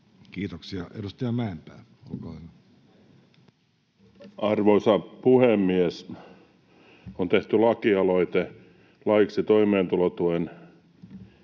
Kiitoksia. — Edustaja Mäenpää, olkaa hyvä. Arvoisa puhemies! On tehty lakialoite laiksi toimeentulotuesta